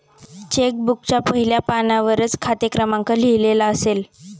check बुकच्या पहिल्या पानावरच खाते क्रमांक लिहिलेला असेल